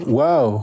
wow